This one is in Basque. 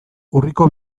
urriko